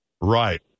Right